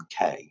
UK